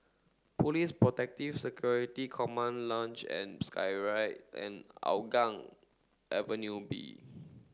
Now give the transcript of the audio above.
Police Protective Security Command Luge and Skyride and Hougang Avenue B